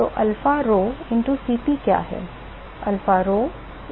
तो alpha rho into Cp क्या है alpha into rho into Cp क्या है